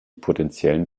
potentiellen